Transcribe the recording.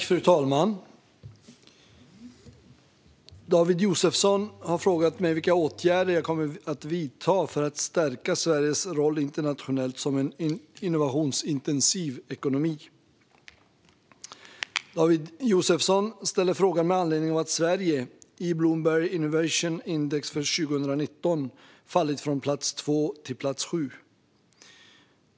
Fru talman! David Josefsson har frågat mig vilka åtgärder jag kommer att vidta för att stärka Sveriges roll internationellt som en innovationsintensiv ekonomi. David Josefsson ställer frågan med anledning av att Sverige, i Bloomberg Innovation Index för 2019, fallit från plats två till plats sju.